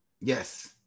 Yes